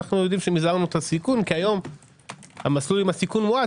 אנו יודעים שמזערנו את הסיכון כי היום המסלול עם הסיכון המועט